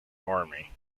army